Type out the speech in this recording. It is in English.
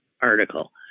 article